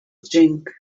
drink